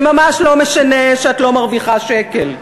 זה ממש לא משנה שאת לא מרוויחה שקל,